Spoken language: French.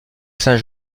saint